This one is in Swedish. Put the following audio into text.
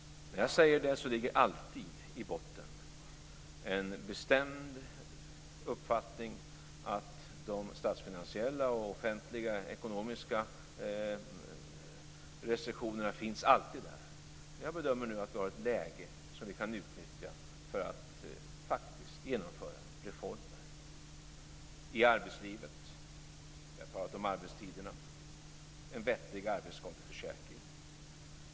När jag säger det ligger alltid i botten en bestämd uppfattning att de statsfinansiella och offentliga ekonomiska restriktionerna alltid finns där. Jag bedömer nu att vi har ett läge som vi kan utnyttja för att faktiskt genomföra reformer. Vi har talat om arbetstiderna i arbetslivet. Det är en vettig arbetsskadeförsäkring.